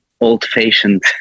old-fashioned